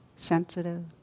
sensitive